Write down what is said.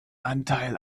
anteil